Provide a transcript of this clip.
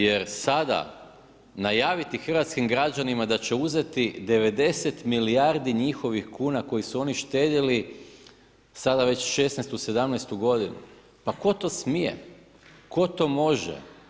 Jer sada, najaviti hrvatskim građanima da će uzeti 90 milijardi njihovih kuna, koji su oni štedjeli, sada već 16, 17 g. pa tko to smije, tko to može.